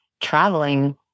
traveling